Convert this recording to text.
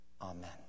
Amen